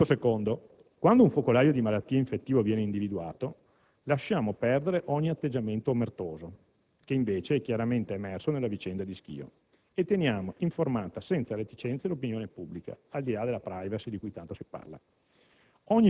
Punto secondo: quando un focolaio di malattie infettivo viene individuato, lasciamo perdere ogni atteggiamento omertoso (che invece è chiaramente emerso nella vicenda di Schio) e teniamo informata senza reticenze l'opinione pubblica, al di là della *privacy* di cui tanto si parla.